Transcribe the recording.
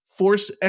force